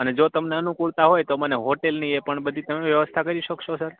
જો તમને અનુકૂળતા હોય તો હોટલની એ બધી પણ તમે વ્યવસ્થા કરી શકસો સર